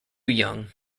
young